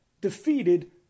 defeated